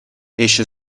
esce